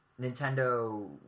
Nintendo